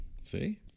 See